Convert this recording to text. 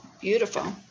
beautiful